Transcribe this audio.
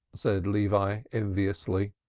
said levi enviously,